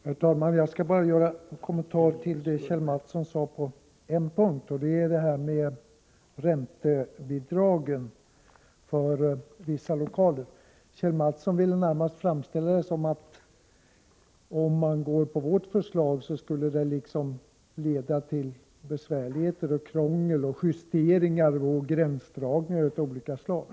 Herr talman! Jag skall bara på en punkt kommentera vad Kjell Mattsson sade, nämligen när det gäller räntebidragen för vissa lokaler. Kjell Mattsson framställde det så att ett beslut i enlighet med vårt förslag skulle leda till besvärligheter, krångel, justeringar och gränsdragningar av olika slag.